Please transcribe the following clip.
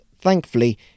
thankfully